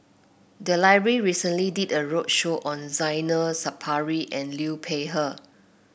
the library recently did a roadshow on Zainal Sapari and Liu Peihe